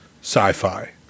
sci-fi